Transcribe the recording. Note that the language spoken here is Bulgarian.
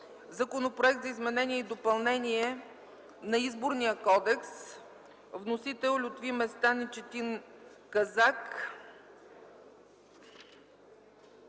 Законопроект за изменение и допълнение на Изборния кодекс. Вносител – Лютви Местан и Четин Казак.